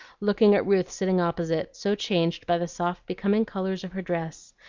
looking at ruth sitting opposite, so changed by the soft becoming colors of her dress,